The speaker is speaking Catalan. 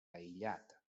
aïllat